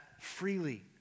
freely